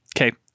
Okay